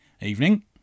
Evening